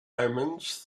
omens